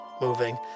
moving